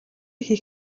хийх